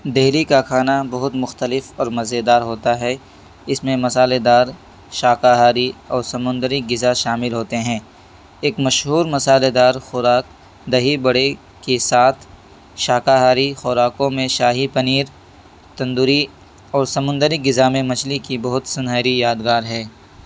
دہلی کا کھانا بہت مختلف اور مزے دار ہوتا ہے اس میں مسالےدار شاکاہاری اور سمندری غذا شامل ہوتے ہیں ایک مشہور مسالےدار خوراک دہی بڑے کے ساتھ شاکاہاری خوراکوں میں شاہی پنیر تندوری اور سمندری غذا میں مچھلی کی بہت سنہری یادگار ہے